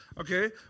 Okay